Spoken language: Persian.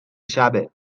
شبه